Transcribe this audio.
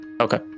Okay